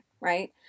right